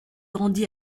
rendit